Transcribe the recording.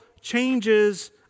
changes